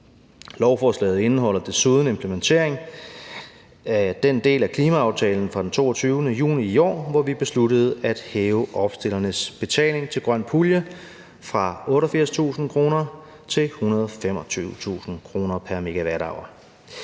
Lovforslaget indeholder desuden implementering af den del af klimaaftalen fra den 22. juni i år, hvor vi besluttede at hæve opstillernes betaling til grøn pulje fra 88.000 kr. til 125.000 kr. pr. MWh.